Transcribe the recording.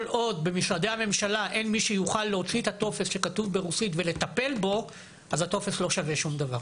הטופס לא שווה שום דבר